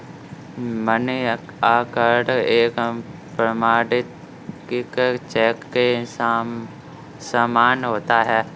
money order एक प्रमाणिक cheque के समान होता है